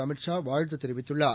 Amit Shah வாழ்த்துதெரிவித்துள்ளார்